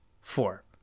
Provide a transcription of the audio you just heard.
four